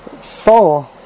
full